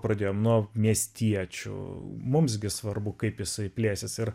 pradėjom nuo miestiečių mums gi svarbu kaip jisai plėsis ir